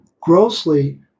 grossly